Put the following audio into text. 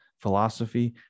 philosophy